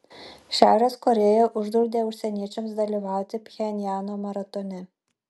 šiaurės korėja uždraudė užsieniečiams dalyvauti pchenjano maratone